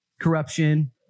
Corruption